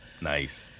Nice